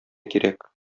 кирәк